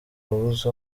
wabuze